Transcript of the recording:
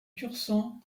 tursan